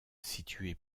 situé